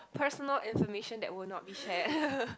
personal information that will not be shared